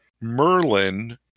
Merlin